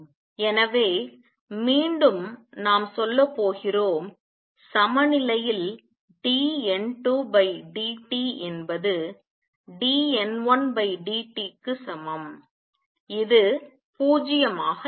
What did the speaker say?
எனவே மீண்டும் நாம் சொல்லப் போகிறோம் சமநிலையில் dN2dt என்பது dN1dt க்கு சமம் இது 0 ஆக இருக்கும்